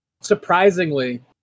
Surprisingly